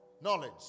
knowledge